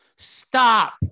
Stop